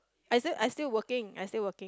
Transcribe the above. as if I still working I still work